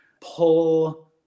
pull